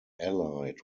allied